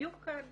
בדיוק כמו כאן,